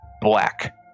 black